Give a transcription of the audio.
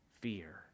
fear